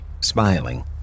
smiling